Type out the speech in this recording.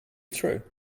true